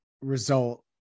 result